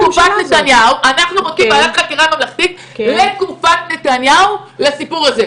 אנחנו רוצים ועדת חקירה ממלכתית לתקופת נתניהו לסיפור הזה.